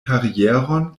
karieron